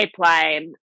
pipeline